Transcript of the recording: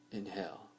Inhale